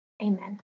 Amen